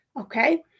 okay